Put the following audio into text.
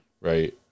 right